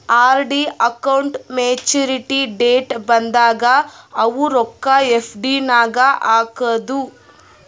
RD account maturity date ಬಂದಾಗ ಅವು ರೊಕ್ಕಾ ಎಫ್.ಡಿ ನಾಗ್ ಹಾಕದು